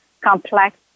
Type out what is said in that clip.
complex